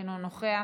אינו נוכח.